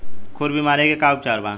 खुर बीमारी के का उपचार बा?